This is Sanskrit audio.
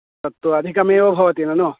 तत्तु अधिकमेव भवति ननु